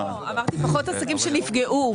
אמרתי שיש פחות עסקים שנפגעו,